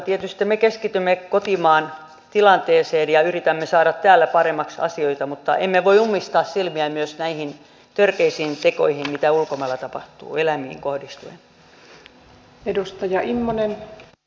tietysti me keskitymme kotimaan tilanteeseen ja yritämme saada täällä paremmaksi asioita mutta emme voi ummistaa silmiä myöskään näiltä törkeiltä teoilta mitä ulkomailla tapahtuu eläimiin kohdistuen